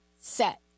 set